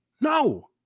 No